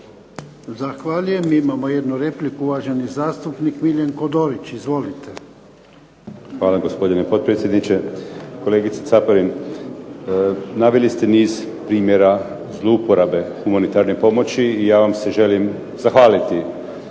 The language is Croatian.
Zahvaljujem. Imamo jednu repliku. Uvaženi zastupnik Miljenko Dorić, izvolite. **Dorić, Miljenko (HNS)** Hvala, gospodine potpredsjedniče. Kolegice Caparin, naveli ste niz primjera zlouporabe humanitarne pomoći i ja vam se želim zahvaliti